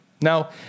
Now